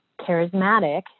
charismatic